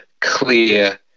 clear